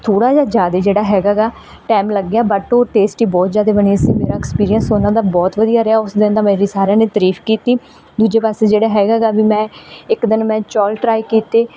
ਥੋੜ੍ਹਾ ਜਿਹਾ ਜ਼ਿਆਦਾ ਜਿਹੜਾ ਹੈਗਾ ਗਾ ਟਾਈਮ ਲੱਗ ਗਿਆ ਬਟ ਉਹ ਟੇਸਟੀ ਬਹੁਤ ਜ਼ਿਆਦਾ ਬਣੇ ਸੀ ਮੇਰਾ ਐਕਸਪੀਰੀਅਸ ਉਹਨਾਂ ਦਾ ਬਹੁਤ ਵਧੀਆ ਰਿਹਾ ਉਸ ਦਿਨ ਤਾਂ ਮੇਰੀ ਸਾਰਿਆਂ ਨੇ ਤਰੀਫ਼ ਕੀਤੀ ਦੂਜੇ ਪਾਸੇ ਜਿਹੜੇ ਹੈਗਾ ਗਾ ਵੀ ਮੈਂ ਇੱਕ ਦਿਨ ਮੈਂ ਚੌਲ ਟਰਾਈ ਕੀਤੇ